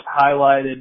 highlighted